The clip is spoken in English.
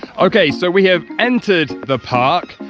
okay, so we have entered the park,